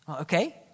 Okay